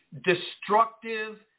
destructive